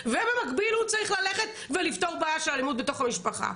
ובמקביל הוא צריך ללכת ולפתור בעיה של אלימות בתוך המשפחה.